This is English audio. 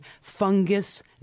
fungus